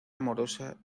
amorosa